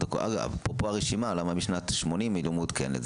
אפרופו הרשימה, למה משנת 1980 היא לא מעודכנת?